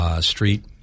Street